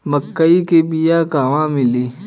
मक्कई के बिया क़हवा मिली?